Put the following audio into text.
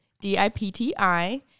D-I-P-T-I